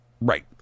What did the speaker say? Right